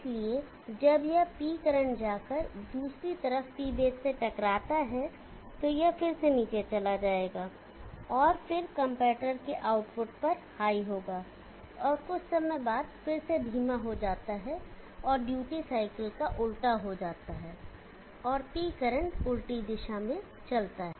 इसलिए जब यह P करंट जाकर दूसरी तरफ P बेस से टकराता है तो यह फिर से नीचे चला जाएगा और फिर कंपैरेटर के आउटपुट पर हाई होगा और कुछ समय बाद फिर से धीमा हो जाता है और ड्यूटी साइकिल का उल्टा हो जाता है और P करंट उल्टी दिशा में चलता है